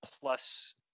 plus